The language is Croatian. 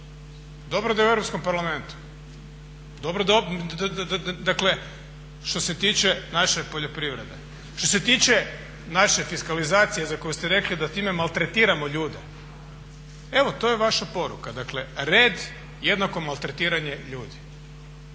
Dobro da je u Europskom parlamentu. Dakle što se tiče naše poljoprivrede. Što se tiče naše fiskalizacije za koju ste rekli da tim maltretiramo ljude, evo to je vaša poruka, dakle red jednako maltretiranje ljudi.